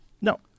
No